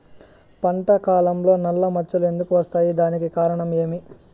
పంట కాలంలో నల్ల మచ్చలు ఎందుకు వస్తాయి? దానికి కారణం ఏమి?